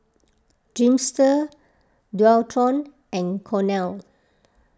Dreamster Dualtron and Cornell